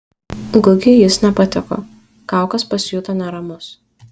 gugiui jis nepatiko kaukas pasijuto neramus